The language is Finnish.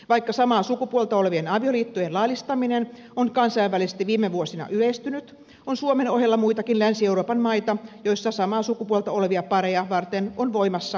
vaikka samaa sukupuolta olevien avioliittojen laillistaminen on kansainvälisesti viime vuosina yleistynyt on suomen ohella muitakin länsi euroopan maita joissa samaa sukupuolta olevia pareja varten on voimassa erillinen parisuhdeinstituutio